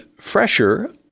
fresher